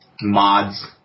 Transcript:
mods